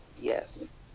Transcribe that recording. yes